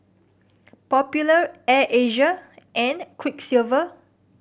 Popular Air Asia and Quiksilver